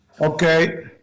Okay